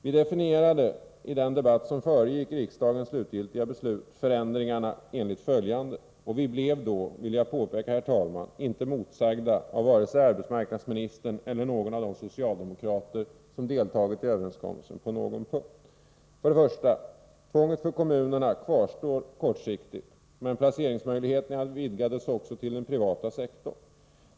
Vi definierade i den debatt som föregick riksdagens slutgiltiga beslut förändringarna enligt följande, och vi blev då, vill jag påpeka, herr talman, inte motsagda på någon punkt av vare sig arbetsmarknadsministern eller någon av de socialdemokrater som deltagit i överenskommelsen. För det första: Tvånget för kommunerna kvarstår kortsiktigt, men placeringsmöjligheterna vidgades också till den privata sektorn.